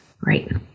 Right